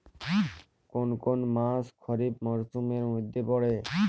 কোন কোন মাস খরিফ মরসুমের মধ্যে পড়ে?